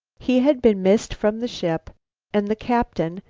he had been missed from the ship and the captain,